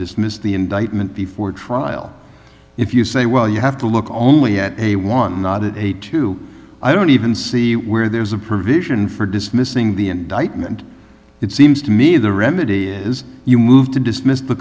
dismiss the indictment before trial if you say well you have to look only at a want not a two i don't even see where there is a provision for dismissing the indictment it seems to me the remedy is you move to dismiss the